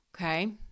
Okay